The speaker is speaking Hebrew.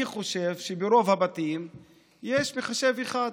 אני חושב שברוב הבתים יש מחשב אחד,